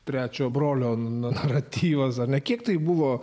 trečio brolio naratyvas ar ne kiek tai buvo